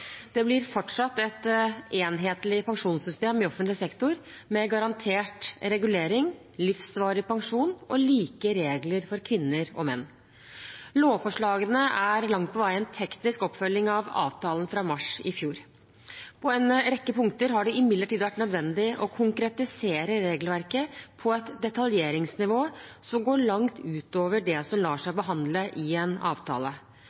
Det blir fortsatt et enhetlig pensjonssystem i offentlig sektor, med garantert regulering, livsvarig pensjon og like regler for kvinner og menn. Lovforslagene er langt på vei en teknisk oppfølging av avtalen fra mars i fjor. På en rekke punkter har det imidlertid vært nødvendig å konkretisere regelverket på et detaljeringsnivå som går langt utover det som lar seg behandle i en avtale.